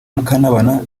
mukantabana